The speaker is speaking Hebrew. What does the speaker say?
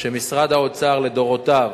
שמשרד האוצר לדורותיו,